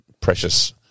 precious